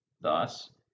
Thus